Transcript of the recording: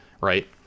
right